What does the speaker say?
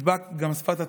תפרח גם שפת התורה".